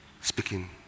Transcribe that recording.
speaking